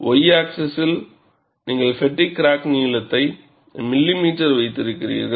Y axis நீங்கள் fatigue crack நீளத்தை மில்லிமீட்டரில் வைத்திருக்கிறீர்கள்